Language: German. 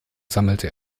sammelte